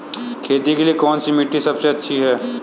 खेती के लिए कौन सी मिट्टी सबसे अच्छी है?